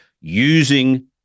using